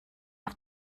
auf